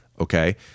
Okay